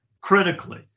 critically